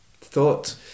thought